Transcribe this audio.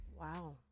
Wow